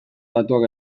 datuak